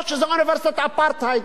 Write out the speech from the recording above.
או שזה אוניברסיטת אפרטהייד?